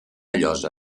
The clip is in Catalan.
llosa